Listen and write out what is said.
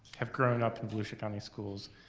have grown up in volusia county schools,